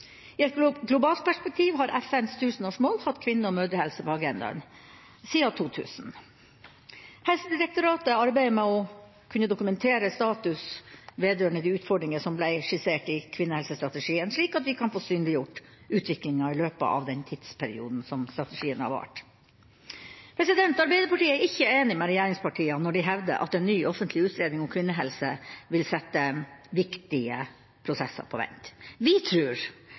I et globalt perspektiv har FNs tusenårsmål hatt kvinne- og mødrehelse på agendaen siden år 2000. Helsedirektoratet arbeider med å kunne dokumentere status vedrørende de utfordringer som ble skissert i kvinnehelsestrategien, slik at vi kan få synliggjort utviklinga i løpet av den tidsperioden strategien har vart. Arbeiderpartiet er ikke enig med regjeringspartiene når de hevder at en ny offentlig utredning om kvinnehelse vil sette viktige prosesser på vent. Vi